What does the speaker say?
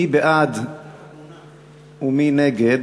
מי בעד ומי נגד